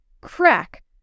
Crack